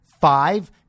five